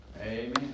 Amen